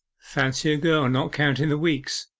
fancy a girl not counting the weeks!